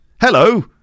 hello